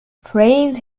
praise